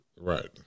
Right